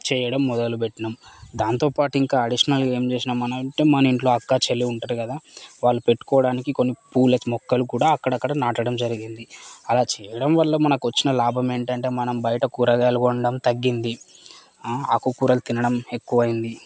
చేయడం మొదలుపెట్టినం దాంతో పాటింకా అడిషనల్గా ఏం చేసినమనంటే మన ఇంట్లో అక్కా చెల్లి ఉంటరు కదా వాళ్ళు పెట్టుకోడానికి కొన్ని పూలకి మొక్కలు కూడా అక్కడక్కడ నాటడం జరిగింది అలా చేయడంవల్ల మనకొచ్చిన లాభం ఏంటంటే మనం బయట కూరగాయలు కొండం తగ్గింది ఆకుకూరలు తినడం ఎక్కువయింది